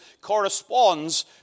corresponds